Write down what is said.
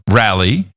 rally